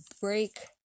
break